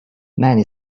many